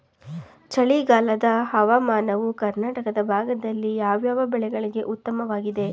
ಚಳಿಗಾಲದ ಹವಾಮಾನವು ಕರ್ನಾಟಕದ ಭಾಗದಲ್ಲಿ ಯಾವ್ಯಾವ ಬೆಳೆಗಳಿಗೆ ಉತ್ತಮವಾಗಿದೆ?